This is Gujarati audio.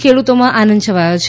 ખેડૂતોમાં આનંદ છવાયો છે